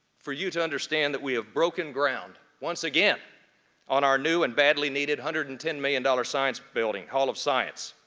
for you to understand that we have broken ground once again on our new and badly needed one hundred and ten million dollars science building, hall of science.